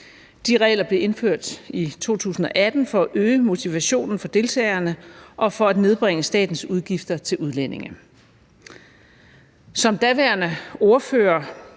De regler blev indført i 2018 for at øge motivationen for deltagerne og for at nedbringe statens udgifter til udlændinge. Daværende ordfører